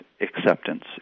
acceptance